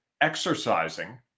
exercising